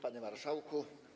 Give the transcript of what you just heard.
Panie Marszałku!